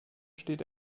steht